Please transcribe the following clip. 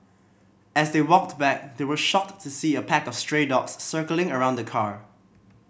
as they walked back they were shocked to see a pack of stray dogs circling around the car